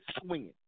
swinging